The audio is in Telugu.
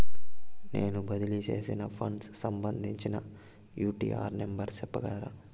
నేను బదిలీ సేసిన ఫండ్స్ సంబంధించిన యూ.టీ.ఆర్ నెంబర్ సెప్పగలరా